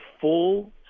full